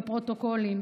בפרוטוקולים.